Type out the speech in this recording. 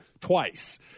twice